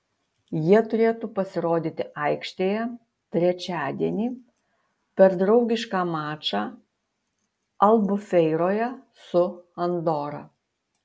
jie turėtų pasirodyti aikštėje trečiadienį per draugišką mačą albufeiroje su andora